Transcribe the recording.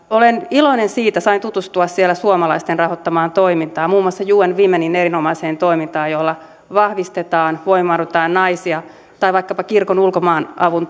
olen iloinen siitä että sain tutustua siellä suomalaisten rahoittamaan toimintaan muun muassa un womenin erinomaiseen toimintaan jolla vahvistetaan voimaannutetaan naisia tai vaikkapa kirkon ulkomaanavun